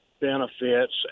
benefits